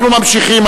אנחנו ממשיכים.